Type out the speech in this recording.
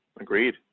Agreed